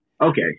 Okay